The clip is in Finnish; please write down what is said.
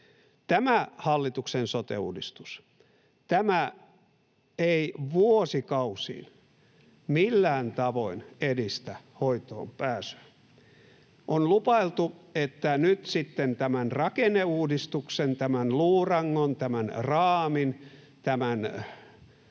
Tämä hallituksen sote-uudistus ei vuosikausiin millään tavoin edistä hoitoonpääsyä. On lupailtu, että nyt sitten tämän rakenneuudistuksen — tämän luurangon, tämän